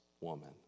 woman